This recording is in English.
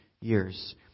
years